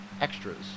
extras